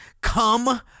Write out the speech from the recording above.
come